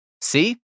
See